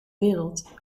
wereld